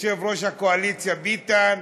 יושב-ראש הקואליציה ביטן,